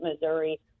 Missouri